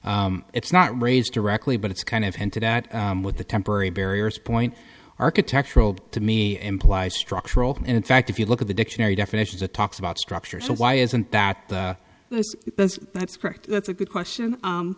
here it's not raised directly but it's kind of hinted at with the temporary barriers point architectural to me implies structural and in fact if you look at the dictionary definitions of talks about structure so why isn't that that's correct that's a good question